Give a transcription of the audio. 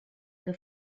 que